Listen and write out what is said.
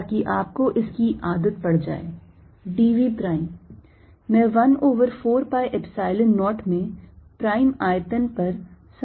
ताकि आपको इसकी आदत पड़ जाए d v प्राइम मैं 1 over 4 pi Epsilon 0 में प्राइम आयतन पर समाकलन कर रहा हूं